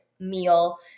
meal